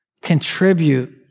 Contribute